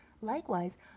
Likewise